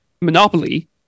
Monopoly